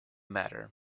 matter